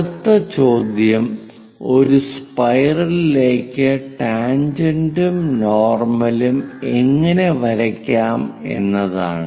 അടുത്ത ചോദ്യം ഒരു സ്പൈറലിലേക്ക് ടാൻജെന്റും നോർമലും എങ്ങനെ വരയ്ക്കാം എന്നതാണ്